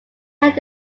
had